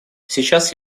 сейчас